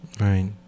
Right